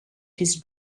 his